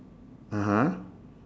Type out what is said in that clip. (uh huh)